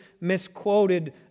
misquoted